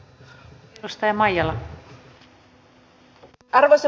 arvoisa puhemies